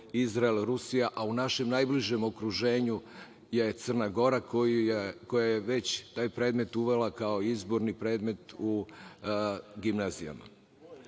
Izrael, Rusija, a u našem najbližem okruženju je Crna Gora, koja je već taj predmet uvela kao izborni predmet u gimnazijama. Brojna